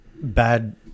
Bad